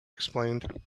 explained